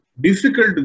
Difficult